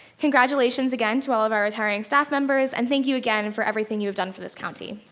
congratulations again to all of our retiring staff members and thank you again for everything you have done for this county.